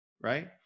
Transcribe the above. Right